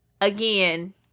again